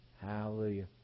Hallelujah